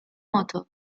author